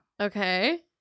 Okay